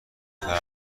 فرق